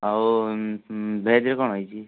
ଆଉ ଭେଜରେ କ'ଣ ହେଇଛି